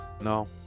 No